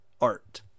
art